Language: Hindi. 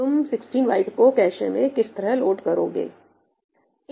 तुम 16 बाइट को कैशे में इस तरह लोड करोगे